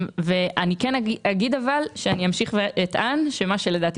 אני כן אומר שאני אמשיך ואטען שמה שלדעתי